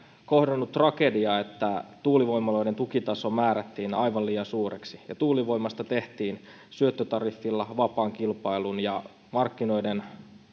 kohdannut tragedia että tuulivoimaloiden tukitaso määrättiin aivan liian suureksi ja tuulivoimasta tehtiin syöttötariffilla vapaan kilpailun ja markkinoiden